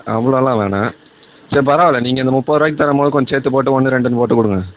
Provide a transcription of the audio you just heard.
அவ்வளோலாம் வேணாம் சரி பரவாயில்லை நீங்கள் அந்த முப்பது ரூபாய்க்கு தரும்போது கொஞ்சம் சேர்த்து போட்டு ஒன்று ரெண்டுன்னு போட்டு கொடுங்க